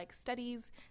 studies